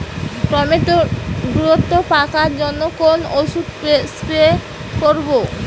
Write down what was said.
Tomato দ্রুত পাকার জন্য কোন ওষুধ স্প্রে করব?